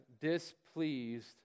displeased